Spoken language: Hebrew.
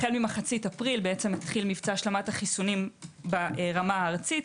החל ממחצית אפריל התחיל מבצע השלמת החיסונים ברמה הארצית.